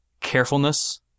carefulness